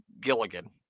gilligan